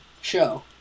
show